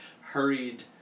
hurried